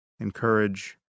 encourage